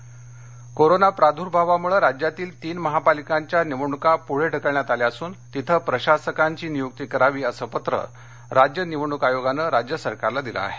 निवडणक कोरोना प्राद्भावामुळे राज्यातील तीन महापालिकांच्या निवडणुका पुढे ढकलण्यात आल्या असून तिथ प्रशासकांची नियुक्ती करावी असं पत्र राज्य निवडणूक आयोगानं राज्य सरकारला दिलं आहे